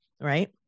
right